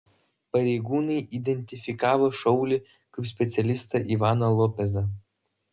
pareigūnai identifikavo šaulį kaip specialistą ivaną lopezą